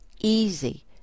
easy